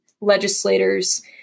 legislators